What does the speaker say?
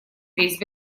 весь